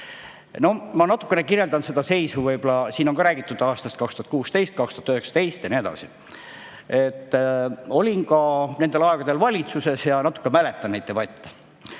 Ma natukene kirjeldan seda seisu. Siin on ka räägitud aastatest 2016–2019 ja nii edasi. Olin nendel aegadel valitsuses ja natuke mäletan neid debatte.